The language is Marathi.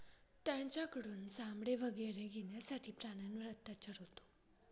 त्यांच्याकडून चामडे वगैरे घेण्यासाठी प्राण्यांवर अत्याचार होतो